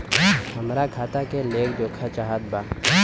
हमरा खाता के लेख जोखा चाहत बा?